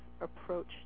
approach